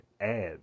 add